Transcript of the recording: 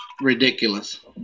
ridiculous